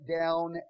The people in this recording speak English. down